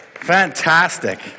Fantastic